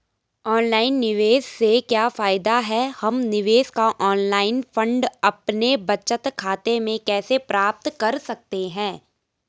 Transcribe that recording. Online निवेश से क्या फायदा है हम निवेश का ऑनलाइन फंड अपने बचत खाते में कैसे प्राप्त कर सकते हैं?